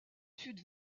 sud